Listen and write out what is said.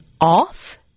off